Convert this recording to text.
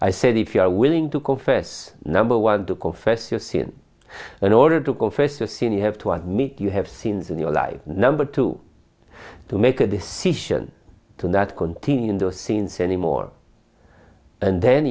i said if you are willing to confess number one to confess your sins in order to go first a scene you have to ask me you have scenes in your life number two to make a decision to not continue in the scenes anymore and then